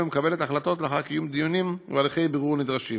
ומקבלת החלטות לאחר קיום דיונים והליכי בירור נדרשים.